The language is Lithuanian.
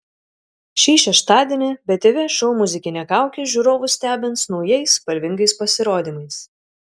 šį šeštadienį btv šou muzikinė kaukė žiūrovus stebins naujais spalvingais pasirodymais